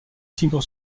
tigre